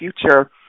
future